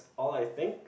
all I think